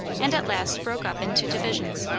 and at last broke up into divisions.